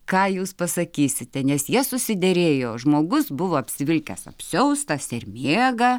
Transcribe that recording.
ką jūs pasakysite nes jie susiderėjo žmogus buvo apsivilkęs apsiaustą sermėgą